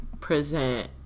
Present